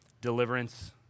deliverance